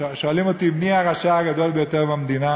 שואלים אותי, מי הרשע הגדול ביותר במדינה?